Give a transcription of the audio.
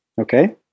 Okay